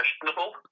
questionable